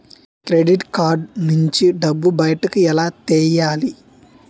Credit card నుంచి డబ్బు బయటకు ఎలా తెయ్యలి?